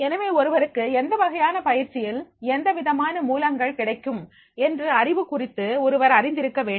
எனவே ஒருவருக்கு எந்த வகையான பயிற்சியில் எந்தவிதமான மூலங்கள் கிடைக்கும் என்று அறிவு குறித்து ஒருவர் அறிந்திருக்க வேண்டும்